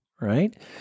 right